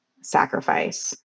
sacrifice